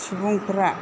सुबुंफोरा